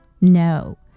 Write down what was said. no